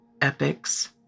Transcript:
epics